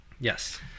Yes